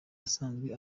asanzwe